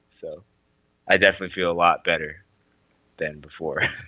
so i definitely feel a lot better than before.